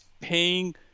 paying